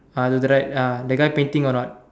uh the right uh the guy painting or not